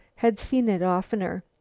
had seen it oftener.